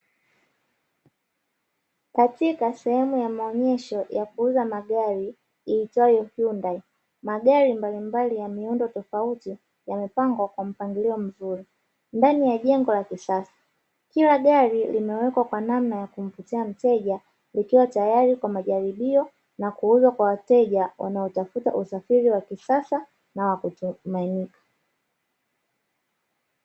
Katika sehemu ya maonyesho ya kuuza magari ilitwayo "HYUNDAI", magari mbalimbali ya miundo tofauti yamepanga kwa mpangilio mzuri ndani ya jengo la kisasa. Kila gari limewekwa kwa namna ya kumvutia mteja ikiwa tayari kwa majaribio na kuuzwa kwa wateja wanaotafuta usafiri wa kisasa na wa kuaminika.